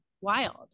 wild